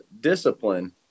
discipline